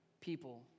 people